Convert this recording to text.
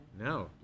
No